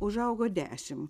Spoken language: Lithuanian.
užaugo dešim